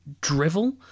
drivel